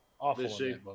awful